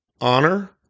Honor